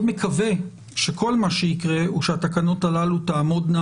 מקווה שכל מה שיקרה הוא שהתקנות הללו תעמודנה